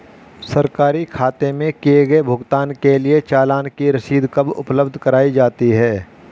सरकारी खाते में किए गए भुगतान के लिए चालान की रसीद कब उपलब्ध कराईं जाती हैं?